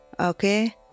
Okay